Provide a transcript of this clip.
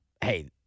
hey